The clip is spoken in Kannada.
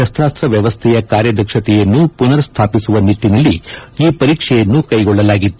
ಶಸ್ತಾಸ್ತ್ರ ವ್ಯವಸ್ಥೆಯ ಕಾರ್ಯದಕ್ಷತೆಯನ್ನು ಪುನರ್ಸ್ಪಿಸುವ ನಿಟ್ಟಿನಲ್ಲಿ ಈ ಪರೀಕ್ಷೆಯನ್ನು ಕೈಗೊಳ್ಳಲಾಗಿತ್ತು